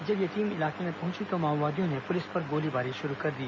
जब यह टीम इलाके में पहुंची तो माओवादियों ने पुलिस पर गोलीबारी शुरू कर दी